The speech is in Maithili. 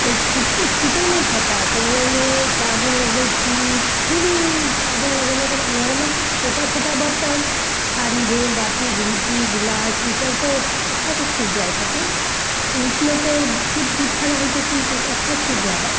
तऽ छू छूटै नहि छै तऽ ओहिमे साबुन लगबै छी फिर भी साबुन लगेलाके बाद नॉर्मल छोटा छोटा बर्तन थारी भेल बाटी भेल गिलास ई सब तऽ अच्छा सऽ छूटि जाइ छथिन उसमे तऽ सिर्फ जूठा रहै छथिन तऽ अच्छा सऽ छूटि जाइ हइ